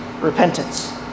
repentance